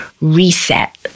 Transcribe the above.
reset